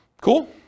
Cool